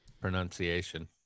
pronunciation